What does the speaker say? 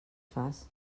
fas